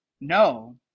No